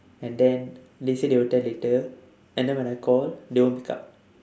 and then they say they will tell later and then when I call they won't pick up